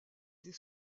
des